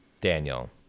Daniel